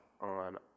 on